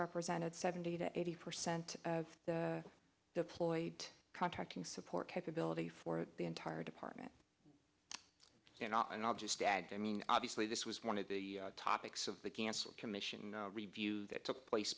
represented seventy to eighty percent of the deployed contracting support capability for the entire department and i'll just add they mean obviously this was one of the topics of the cancer commission review that took place